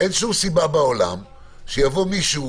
אין שום סיבה בעולם שיבוא מישהו